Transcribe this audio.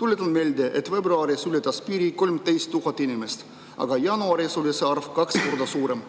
Tuletan meelde, et veebruaris ületas piiri 13 000 inimest, aga jaanuaris oli see arv kaks korda suurem.